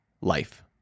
life